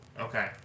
Okay